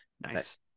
nice